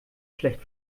schlecht